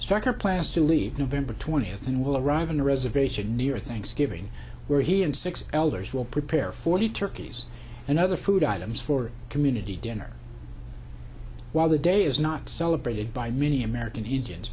striker plans to leave nov twentieth and will arrive in a reservation near thanksgiving where he and six elders will prepare for the turkeys and other food items for community dinner while the day is not celebrated by many american indians